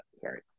Sorry